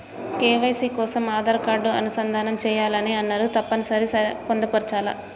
KYC కోసం Aadhaar card అనుసంధానం చేయాలని అన్నరు తప్పని సరి పొందుపరచాలా?